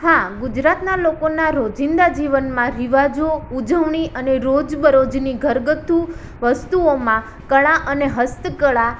હા ગુજરાતનાં લોકોના રોજિંદા જીવનમાં રિવાજો ઉજવણી અને રોજબરોજની ઘરગથ્થું વસ્તુઓમાં કળા અને હસ્તકળા